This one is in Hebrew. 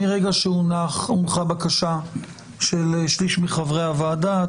מרגע שהונחה בקשה של שליש מחברי הוועדה,